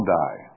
die